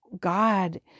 God